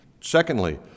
Secondly